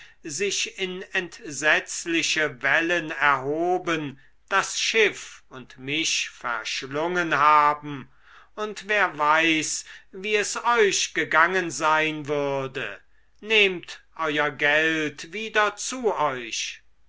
sich in entsetzliche wellen erhoben das schiff und mich verschlungen haben und wer weiß wie es euch gegangen sein würde nehmt euer geld wieder zu euch